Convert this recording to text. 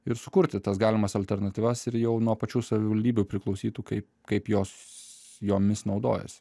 ir sukurti tas galimas alternatyvas ir jau nuo pačių savivaldybių priklausytų kaip kaip jos jomis naudojasi